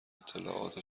اطلاعات